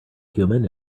human